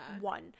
One